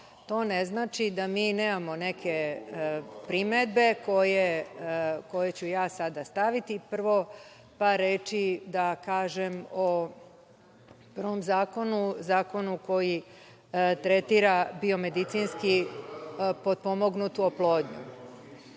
To ne znači da mi nemamo neke primedbe koje ću ja sada staviti. Prvo par reči da kažem o prvom zakonu, zakonu koji tretira biomedicinski potpomognutu oplodnju.